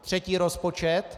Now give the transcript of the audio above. Třetí rozpočet.